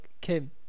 Kim